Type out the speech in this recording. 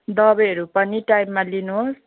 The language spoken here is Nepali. दबाईहरू पनि टाइममा लिनुहोस्